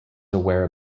aware